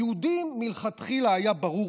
ליהודים מלכתחילה היה ברור,